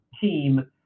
team